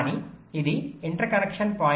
కానీ ఈ interconnection 0